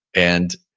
and